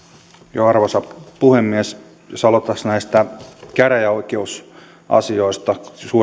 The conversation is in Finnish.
minuuttia arvoisa puhemies jos aloittaisi näistä käräjäoikeusasioista